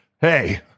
hey